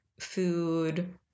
food